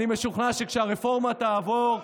אני משוכנע שכאשר הרפורמה תעבור,